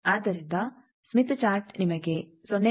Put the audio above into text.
ಆದ್ದರಿಂದ Smith chart ನಿಮಗೆ 0